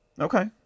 Okay